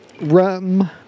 rum